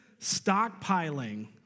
Stockpiling